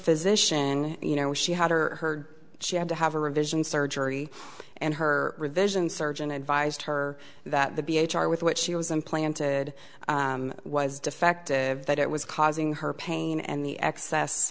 physician you know she had her or her she had to have a revision surgery and her revision surgeon advised her that the b h r with which she was implanted was defective that it was causing her pain and the excess